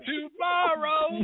Tomorrow